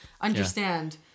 understand